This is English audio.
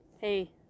Hey